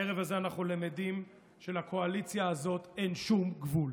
הערב הזה אנחנו למדים שלקואליציה הזאת אין שום גבול.